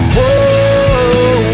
Whoa